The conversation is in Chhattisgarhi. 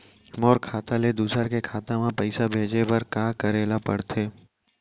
मोर खाता ले दूसर के खाता म पइसा भेजे बर का करेल पढ़थे?